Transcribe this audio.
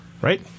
Right